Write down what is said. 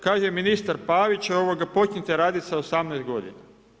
Kaže ministar Pavić, počnite raditi sa 18 godina.